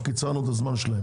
קיצרנו תקופת הזמן שלהם.